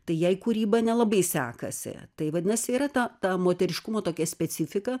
tai jai kūryba nelabai sekasi tai vadinasi yra ta ta moteriškumo tokia specifika